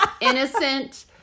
innocent